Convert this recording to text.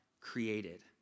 created